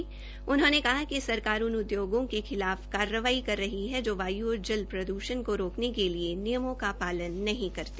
श्री जावड़ेकर ने कहा कि सरकार इन उद्योगों के खिलाफ कार्रवाई कर रही है जो वाय् जली और प्रदूषण को रोकने के लिए नियमों का पालन नहीं करते